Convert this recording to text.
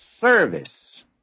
service